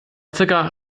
circa